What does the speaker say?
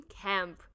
camp